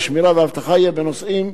השמירה והאבטחה יהיה בנושאים,